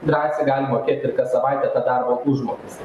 drąsiai galim mokėti ir kas savaitę tą darbo užmokestį